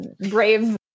brave